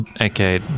Okay